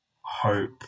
hope